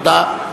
אין הסתייגויות.